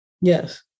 Yes